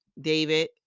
David